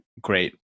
great